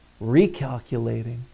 Recalculating